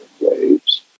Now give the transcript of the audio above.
waves